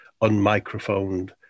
unmicrophoned